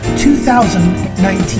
2019